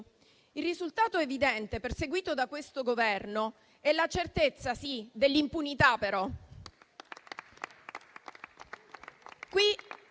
Il risultato evidente, perseguito da questo Governo, è la certezza, sì, però dell'impunità.